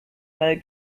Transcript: mel